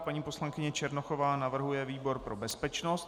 Paní poslankyně Černochová navrhuje výbor pro bezpečnost.